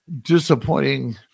disappointing